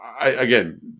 again